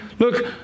Look